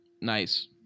Nice